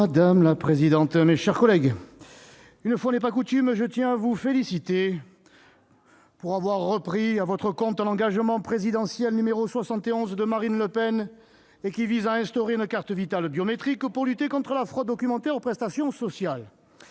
Madame la présidente, mes chers collègues, une fois n'est pas coutume, je tiens à vous féliciter d'avoir repris à votre compte l'engagement présidentiel n° 71 de Marine Le Pen, ... Eh oui !... qui vise à instaurer une carte Vitale biométrique pour lutter contre la fraude documentaire aux prestations sociales.